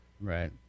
right